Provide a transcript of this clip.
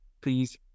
Please